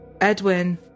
Edwin